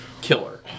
killer